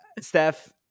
steph